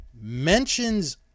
mentions